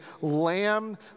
lamb